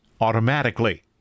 automatically